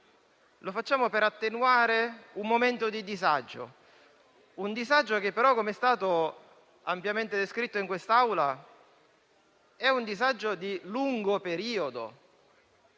a dicembre, per attenuare un momento di disagio, che però - com'è stato ampiamente descritto in quest'Aula - è un disagio di lungo periodo,